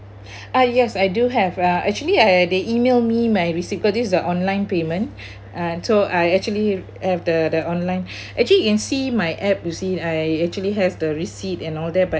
ah yes I do have uh actually uh they email me my receipt cause this a online payment uh so I actually have the the online actually you can see my app you see I actually has the receipt and all that but